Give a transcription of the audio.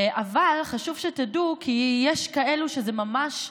אבל חשוב שתדעו שיש כאלו שזה ממש,